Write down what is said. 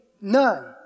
none